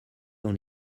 dans